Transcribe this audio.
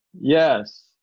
Yes